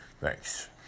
thanks